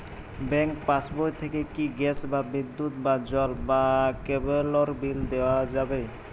Bank পাশবই থেকে কি গ্যাস বা বিদ্যুৎ বা জল বা কেবেলর বিল দেওয়া যাবে?